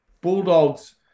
Bulldogs